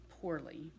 poorly